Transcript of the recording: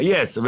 Yes